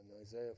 Isaiah